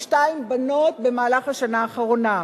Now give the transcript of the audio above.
22 בנות במהלך השנה האחרונה.